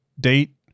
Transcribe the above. Date